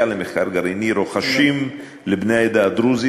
למחקר גרעיני רוחשים לבני העדה הדרוזית,